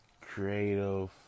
creative